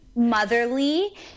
motherly